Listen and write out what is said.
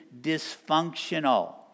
dysfunctional